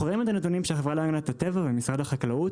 אנחנו רואים את הנתונים של החברה להגנת הטבע ומשרד החקלאות